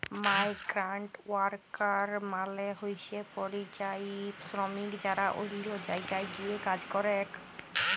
migrant worker মালে হইসে পরিযায়ী শ্রমিক যারা অল্য জায়গায় গিয়ে কাজ করেক